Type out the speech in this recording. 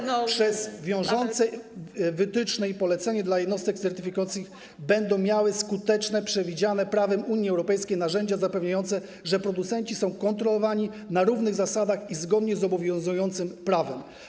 Organy państwa przez wiążące wytyczne i polecenie dla jednostek certyfikujących będą miały skuteczne, przewidziane prawem Unii Europejskiej narzędzia zapewniające to, że producenci będą kontrolowani na równych zasadach i zgodnie z obowiązującym prawem.